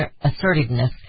assertiveness